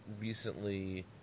recently